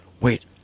wait